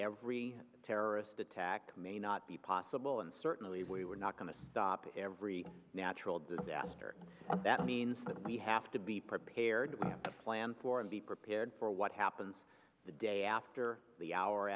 every terrorist attack may not be possible and certainly we're not going to stop every natural disaster that means that we have to be prepared to have a plan for and be prepared for what happens the day after the hour